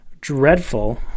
dreadful